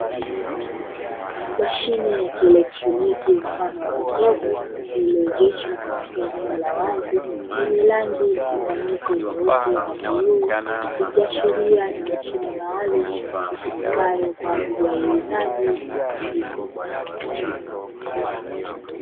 Mashine ya kielektroniki mfano wa jokofu iliyoegeshwa katika eneo la wazi, yenye rangi mchanganyiko nyeupe na bluu. Ikiashiria ni mashine maalumu itumikayo kwa ajili ya uuzaji wa maziwa.